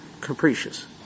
capricious